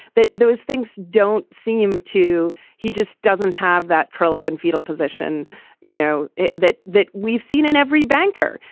that those things don't seem to he just doesn't have that curl up in fetal position you know that that we've seen in every banker.